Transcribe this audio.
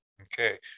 okay